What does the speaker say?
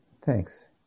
Thanks